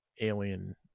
alien